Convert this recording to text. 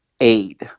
aid